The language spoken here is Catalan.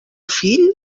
fill